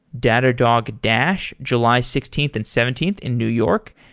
datadog dash, july sixteenth and seventeenth in new york,